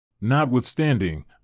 Notwithstanding